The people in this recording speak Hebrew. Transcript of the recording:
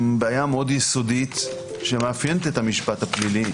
בעיה מאוד יסודית שמאפיינת את המשפט הפלילי